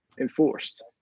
enforced